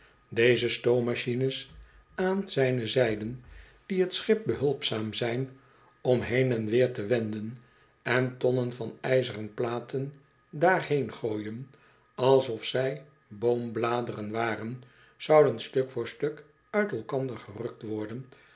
deze stoommachines aan zijne zijden die t schip behulpzaam zijn om heen en weer te wenden en tonnen van ijzeren platen daarheen gooien alsof zij boombladeren waren zouden stuk voor stuk uit elkander gerukt worden